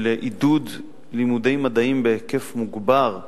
של עידוד לימודי מדעים בהיקף מוגבר,